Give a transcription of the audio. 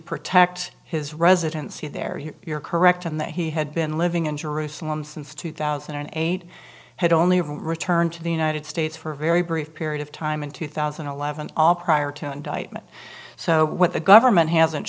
protect his residency there you are correct in that he had been living in jerusalem since two thousand and eight had only been returned to the united states for a very brief period of time in two thousand and eleven all prior to indictment so what the government hasn't